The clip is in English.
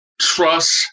trust